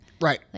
Right